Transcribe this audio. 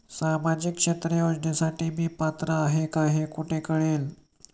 सामाजिक क्षेत्र योजनेसाठी मी पात्र आहे का हे कुठे कळेल?